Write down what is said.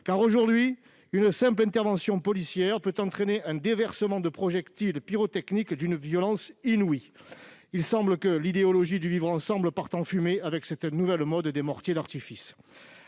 aujourd'hui, une simple intervention policière peut entraîner un déversement de projectiles pyrotechniques d'une violence inouïe. Il semble que l'idéologie du vivre ensemble parte en fumée avec cette nouvelle mode des mortiers d'artifice.